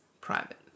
private